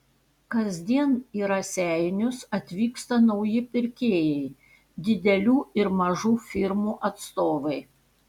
kasdien į raseinius atvyksta nauji pirkėjai didelių ir mažų firmų atstovai